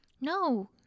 No